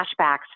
flashbacks